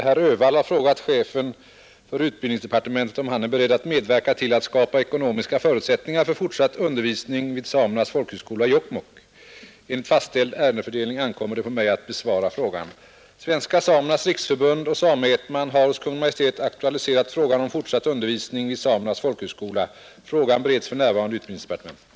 Herr Öhvall har frågat chefen för utbildningsdepartementet om han är beredd att medverka till att skapa ekonomiska förutsättningar för fortsatt undervisning vid samernas folkhögskola i Jokkmokk. Enligt fastställd ärendefördelning ankommer det på mig att besvara frågan. Svenska samernas riksförbund och Same—-Ätnam har hos Kungl. Maj:t aktualiserat frågan om fortsatt undervisning vid samernas folkhögskola. Frågan bereds för närvarande i utbildningsdepartementet.